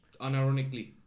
unironically